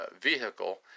vehicle